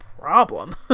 problem